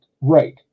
Right